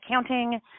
accounting